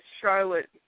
Charlotte